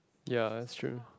ya that's true